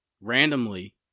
randomly